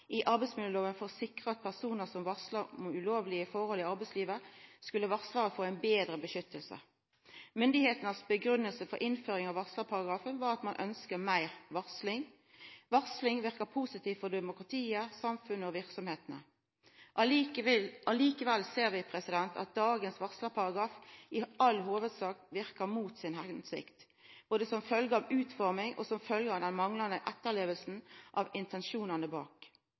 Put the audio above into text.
arbeidsmiljøloven for å sikra at personar som varsla om ulovlege forhold i arbeidslivet, skulle varslarar få eit betre vern. Myndigheitenes grunngiving for innføringa av varslarparagrafen var at ein ønskte meir varsling. Varsling verkar positivt for demokratiet, samfunnet og verksemdene. Likevel ser vi at dagens varslarparagraf i all hovudsak verkar mot sin hensikt, både som følgje av utforming og som følgje av den manglande etterlevinga av intensjonane bak.